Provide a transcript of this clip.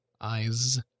eyes